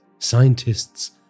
scientists